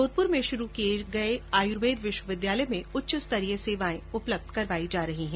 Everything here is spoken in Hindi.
जोधपुर में शुरू किये गये आयुर्वेद विश्वविद्यालय में उच्च स्तरीय सेवाएं उपलब्ध करवाई जा रह हैं